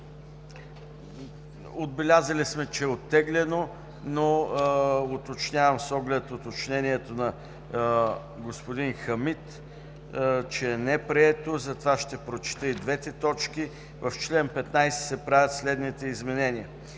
отбелязали, че е оттеглено, но отбелязвам с оглед уточнението на господин Хамид, че не е прието, затова ще прочета и двете точки: „В чл. 15 се правят следните изменения: